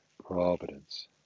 providence